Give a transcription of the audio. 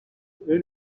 early